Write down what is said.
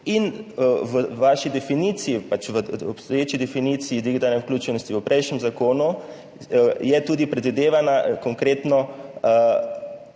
In v vaši definiciji, v obstoječi definiciji digitalne vključenosti v prejšnjem zakonu je tudi konkretno